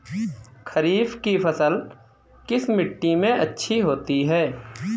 खरीफ की फसल किस मिट्टी में अच्छी होती है?